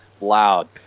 loud